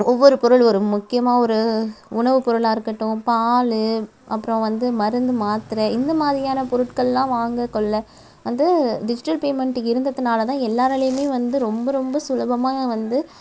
ஒவ்வொரு பொருள் ஒரு முக்கியமாக ஒரு உணவுப் பொருளாக இருக்கட்டும் பால் அப்றம் வந்து மருந்து மாத்திரை இந்தமாதிரியான பொருட்கள்லாம் வாங்க கொள்ள வந்து அந்த டிஜிட்டல் பேமெண்ட் இருந்தத்துனால்தான் எல்லாராலேயுமே வந்து ரொம்ப ரொம்ப சுலபமாக வந்து